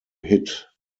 hit